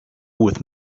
with